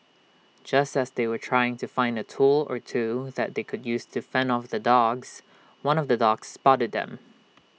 just as they were trying to find A tool or two that they could use to fend off the dogs one of the dogs spotted them